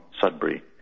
Sudbury